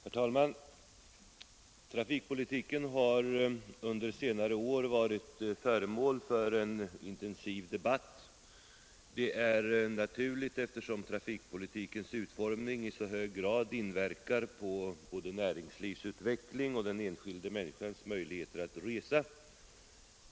Herr talman! Trafikpolitiken har under senare år varit föremål för en intensiv debatt. Det är naturligt eftersom trafikpolitikens utformning i så hög grad inverkar på både näringslivet och den enskilda människans möjligheter att resa.